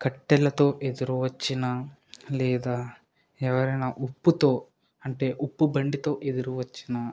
కట్టెలతో ఎదురు వచ్చిన లేదా ఎవరైనా ఉప్పుతో అంటే ఉప్పు బండితో ఎదురు వచ్చినా